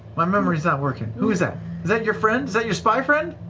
my memory's not working, who is that? is that your friend, is that your spy friend?